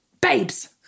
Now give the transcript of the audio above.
babes